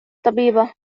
طبيبة